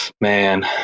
man